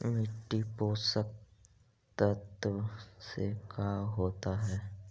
मिट्टी पोषक तत्त्व से का होता है?